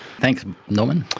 thanks norman.